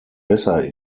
besser